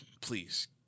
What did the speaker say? please